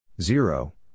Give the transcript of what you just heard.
Zero